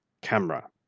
Camera